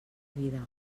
vida